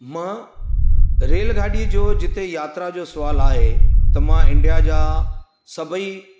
मां रलगाॾीअ जो जिते यात्रा जो सुवाल आहे त मां इंडिया जा सभई